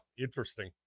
interesting